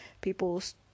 people's